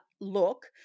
look